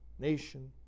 nation